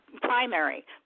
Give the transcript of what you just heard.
primary